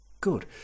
good